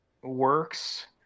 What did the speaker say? works